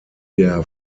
der